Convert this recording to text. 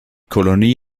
kolonie